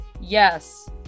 Yes